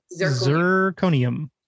zirconium